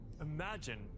Imagine